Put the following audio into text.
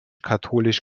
katholisch